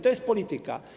To jest polityka.